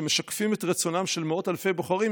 שמשקפים את רצונם של מאות אלפי בוחרים,